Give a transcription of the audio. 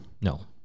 no